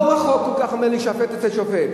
לא רחוק כל כך כמו להישפט אצל שופט.